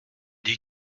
dit